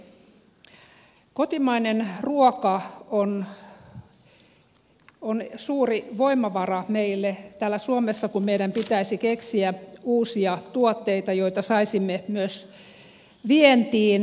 kotimainen ruoka on suuri voimavara meille täällä suomessa kun meidän pitäisi keksiä uusia tuotteita joita saisimme myös vientiin kehitettyä